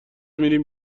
میریم